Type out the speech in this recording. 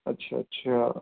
اچھا اچھا